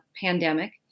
pandemic